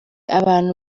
abantu